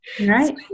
right